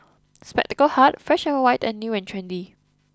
Spectacle Hut Fresh and White and New and Trendy